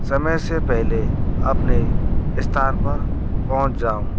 समय से पहले अपने स्थान पर पहुँच जाऊँ